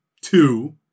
two